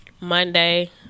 Monday